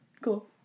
Cool